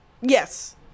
Yes